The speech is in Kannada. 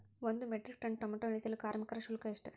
ಒಂದು ಮೆಟ್ರಿಕ್ ಟನ್ ಟೊಮೆಟೊ ಇಳಿಸಲು ಕಾರ್ಮಿಕರ ಶುಲ್ಕ ಎಷ್ಟು?